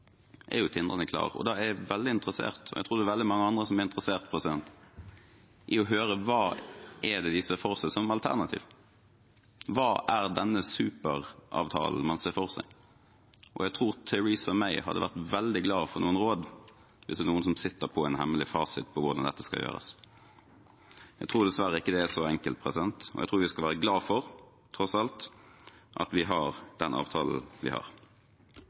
er tindrende klar. Da er jeg veldig interessert – og jeg tror det er veldig mange andre som er interessert – i å høre hva de ser for seg som alternativ. Hva er denne superavtalen man ser for seg? Jeg tror Theresa May hadde vært veldig glad for noen råd hvis det er noen som sitter på en hemmelig fasit om hvordan dette skal gjøres. Jeg tror dessverre ikke det er så enkelt. Jeg tror vi skal være glad for, tross alt, at vi har den avtalen vi har.